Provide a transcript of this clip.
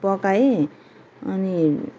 पकाएँ अनि